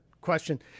question